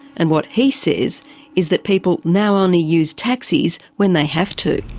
and what he says is that people now only use taxis when they have to.